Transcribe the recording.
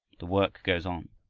the work goes on.